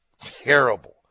terrible